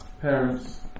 parents